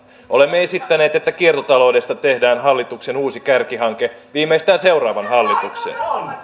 olemme esittäneet että kiertotaloudesta tehdään hallituksen uusi kärkihanke viimeistään seuraavan hallituksen